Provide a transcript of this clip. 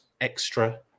extra